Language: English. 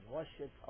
Worship